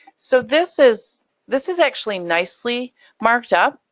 so this is this is actually nicely marked up.